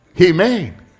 Amen